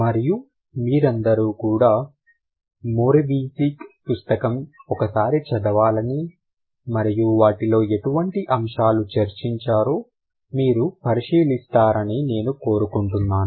మరియు మీరందరూ కూడా మొరవీసీక్ పుస్తకం ఒకసారి చదవాలని మరియు వాటిలో ఎటువంటి అంశాలు చర్చించారో మీరు పరిశీలిస్తారని నేను కోరుకుంటున్నాను